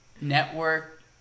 network